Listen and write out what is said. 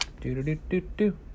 Do-do-do-do-do